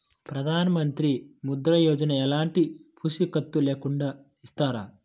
ప్రధానమంత్రి ముద్ర యోజన ఎలాంటి పూసికత్తు లేకుండా ఇస్తారా?